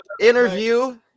interview